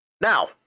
Now